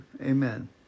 amen